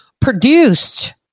produced